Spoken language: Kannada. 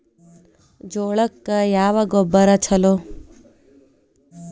ಜೋಳಕ್ಕ ಯಾವ ಗೊಬ್ಬರ ಛಲೋ?